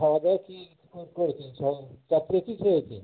খাওয়া দাওয়া কী করেছেন স রাত্রে কী খেয়েছেন